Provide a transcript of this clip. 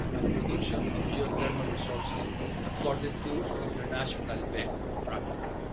production of geothermal resources according to international best practices.